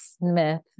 Smith